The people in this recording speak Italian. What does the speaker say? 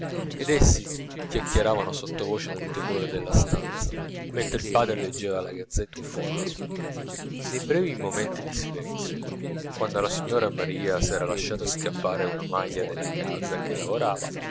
ed essi chiacchieravano sottovoce nel tepore della stanza mentre il padre leggeva la gazzetta e fumava nei brevi momenti di silenzio quando la signora maria s'era lasciata scappare una maglia della calza che lavorava